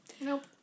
Nope